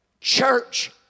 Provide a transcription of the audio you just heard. church